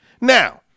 Now